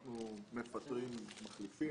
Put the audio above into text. אנחנו מפטרים ומחליפים